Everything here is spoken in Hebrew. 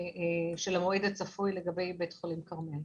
הצפוי לבית חולים כרמל.